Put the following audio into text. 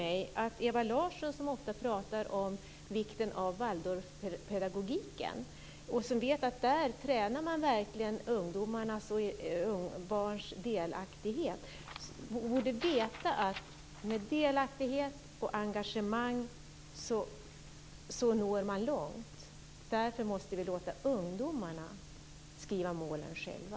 Ewa Larsson pratar ofta om vikten av Waldorfpedagogiken och vet att den innebär att man tränar ungdomars och barns delaktighet. Hon borde veta att man med delaktighet och engagemang når långt. Därför måste vi låta ungdomarna skriva målen själva.